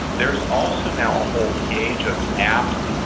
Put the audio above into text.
there's also now a whole page of apps